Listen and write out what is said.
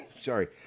Sorry